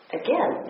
again